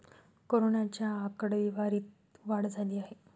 कोरोनाच्या आकडेवारीत वाढ झाली आहे